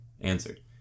answered